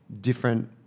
different